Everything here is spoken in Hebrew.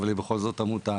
אבל היא בכל זאת עמותה.